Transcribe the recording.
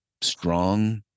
strong